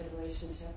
relationship